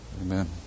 Amen